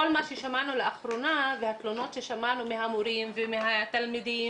כל מה ששמענו לאחרונה והתלונות ששמענו ממורים ומתלמידים